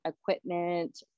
equipment